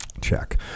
Check